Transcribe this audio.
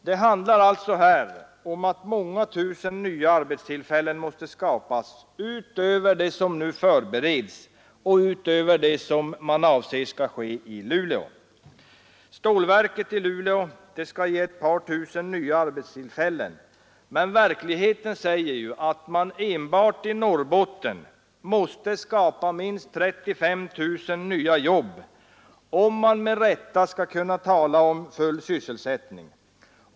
Det handlar om att många tusen nya arbetstillfällen måste skapas utöver de som nu förbereds och utöver det som man avser skall ske i Luleå. Stålverket i Luleå skall ge ett par tusen nya arbetstillfällen, men verkligheten säger att man enbart i Norrbotten måste skapa minst 35 000 nya jobb om man med rätta skall kunna tala om full sysselsättning.